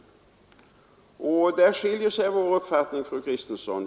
Där skiljer sig tydligen våra uppfattningar.